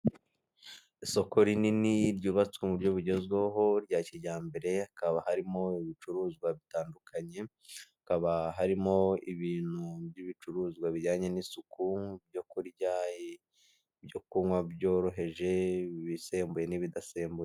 Isoko rinini ryubatswe mu buryo bugezweho rya kijyambere, hakaba harimo ibicuruzwa bitandukanye, hakaba harimo ibintu by'ibicuruzwa bijyanye n'isuku, byo kurya, ibyo kunywa byoroheje, ibisembuye n'ibidasembutse.